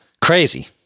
Crazy